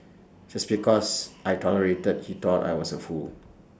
just because I tolerated he thought I was A fool